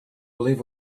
believe